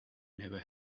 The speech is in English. never